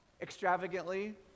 Extravagantly